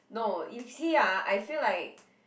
no you see ah I feel like